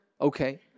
Okay